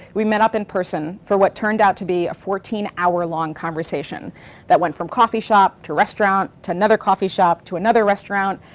we met up in person for what turned out to be a fourteen hour long conversation that went from coffee shop to restaurant to another coffee shop to another restaurant,